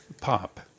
pop